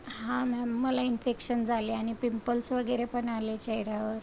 हा मॅम मला इन्फेक्शन झाले आणि पिंपल्स वगैरे पण आले चेहेऱ्यावर